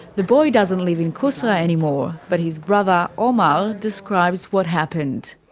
the boy doesn't live in kusra anymore, but his brother omar describes what happened.